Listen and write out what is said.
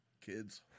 kids